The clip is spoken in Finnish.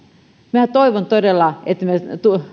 minä toivon todella että me